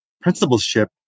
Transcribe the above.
principalship